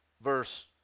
verse